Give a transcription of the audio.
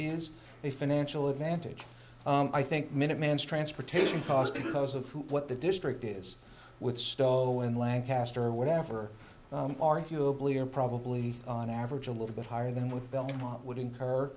is a financial advantage i think minutemen's transportation cost because of what the district is with steaua in lancaster or whatever arguably are probably on average a little bit higher than what belmont would incur